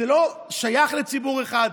זה לא שייך לציבור אחד,